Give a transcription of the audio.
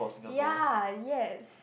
ya yes